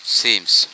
seems